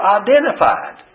identified